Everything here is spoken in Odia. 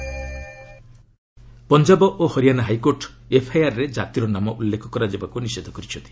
ପଞ୍ଜାବ ହାଇକୋର୍ଟ ପଞ୍ଜାବ ଓ ହରିଆଣା ହାଇକୋର୍ଟ ଏଫ୍ଆଇଆର୍ରେ କାତିର ନାମ ଉଲ୍ଲେଖ କରାଯିବାକୁ ନିଷେଧ କରିଛନ୍ତି